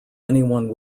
anyone